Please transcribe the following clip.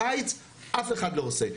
בחיץ אף אחד לא עושה.